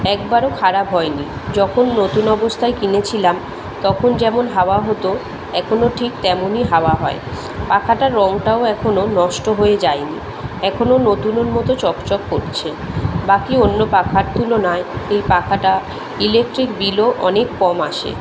একবারও খারাপ হয়নি যখন নতুন অবস্থায় কিনেছিলাম তখন যেমন হাওয়া হতো এখনো ঠিক তেমনই হাওয়া হয় পাখাটার রংটাও এখনো নষ্ট হয়ে যায়নি এখনো নতুনের মতো চকচক করছে বাকি অন্য পাখার তুলনায় এই পাখাটায় ইলেকট্রিক বিলও অনেক কম আসে